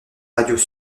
radios